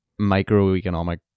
microeconomic